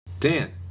Dan